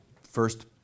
first